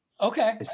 okay